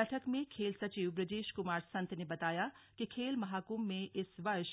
बैठक में खेल सचिव ब्रजेश कुमार संत ने बताया गया कि खेल महाकुम्भ में इस वर्ष